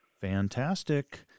Fantastic